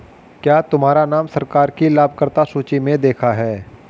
क्या तुम्हारा नाम सरकार की लाभकर्ता की सूचि में देखा है